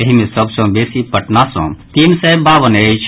एहि मे सभ सँ बेसी पटना सँ तीन सय बावन अछि